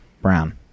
Brown